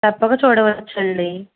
తప్పక చూడవచ్చు అండి